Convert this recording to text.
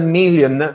million